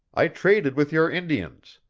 i traded with your indians.